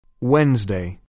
Wednesday